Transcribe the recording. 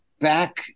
back